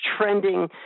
trending